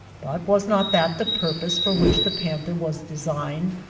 but was not that the purpose for which the panther was designed?